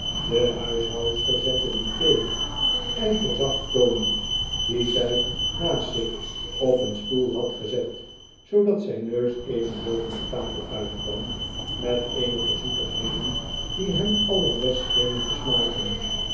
de huishoudster zette nu thee en voorzag tony dien zy naast zich op een stoel had gezet zoodat zijn neus even boven de tafel uitkwam met eenige zoetigheden die hem allerbest schenen te smaken